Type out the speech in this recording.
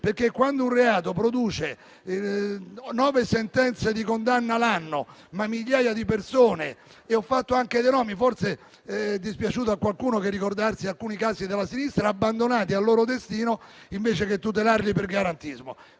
quando un reato produce nove sentenze di condanna all'anno a fronte di migliaia di persone indagate. Ho fatto anche dei nomi; forse è dispiaciuto a qualcuno che ricordassi alcuni casi della sinistra abbandonati al loro destino, invece di essere tutelati per garantismo.